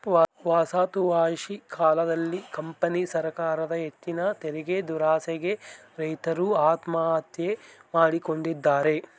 ವಸಾಹತುಶಾಹಿ ಕಾಲದಲ್ಲಿ ಕಂಪನಿ ಸರಕಾರದ ಹೆಚ್ಚಿನ ತೆರಿಗೆದುರಾಸೆಗೆ ರೈತರು ಆತ್ಮಹತ್ಯೆ ಮಾಡಿಕೊಂಡಿದ್ದಾರೆ